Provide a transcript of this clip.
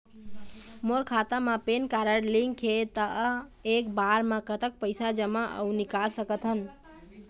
मोर खाता मा PAN card link हे ता एक बार मा कतक पैसा जमा अऊ निकाल सकथन?